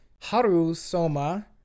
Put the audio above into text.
Harusoma